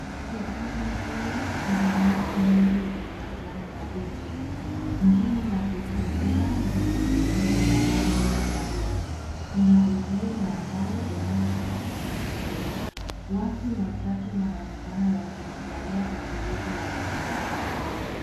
Hifadhi hii ina miti mingi yenye majani mabichi. Njia za kutembea zimetengenezwa kwa mawe ya kahawia. Kuna uzio wa mbao unaozunguka eneo hilo. Watu wachache wanaonekana wakifurahia utulivu wa bustani.